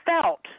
felt